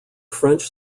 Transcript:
french